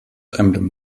emblem